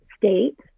state